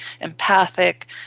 empathic